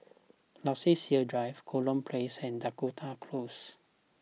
Luxus Hill Drive Kurau Place and Dakota Close